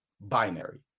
binary